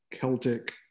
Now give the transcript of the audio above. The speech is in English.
Celtic